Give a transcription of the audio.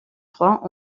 trois